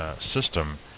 system